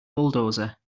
bulldozer